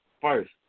first